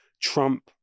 Trump